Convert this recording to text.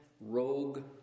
rogue